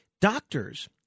Doctors